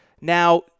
Now